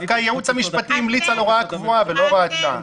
דווקא הייעוץ המשפטי המליץ על הוראה קבועה ולא הוראת שעה.